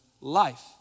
life